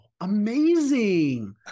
amazing